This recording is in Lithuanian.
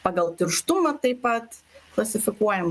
pagal tirštumą taip pat klasifikuojam